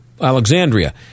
Alexandria